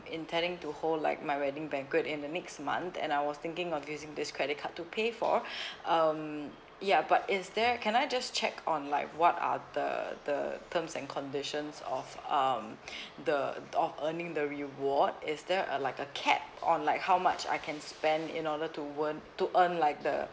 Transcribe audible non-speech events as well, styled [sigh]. intending to hold like my wedding banquet in the next month and I was thinking of using this credit card to pay for [breath] um ya but is there can I just check on like what are the the terms and conditions of um [breath] the of earning the reward is there uh like a cap on like how much I can spend in order to won~ to earn like the